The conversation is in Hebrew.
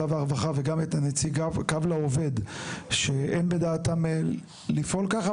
והרווחה וגם את נציג קו לעובד שאין בדעתם לפעול כך.